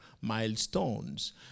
milestones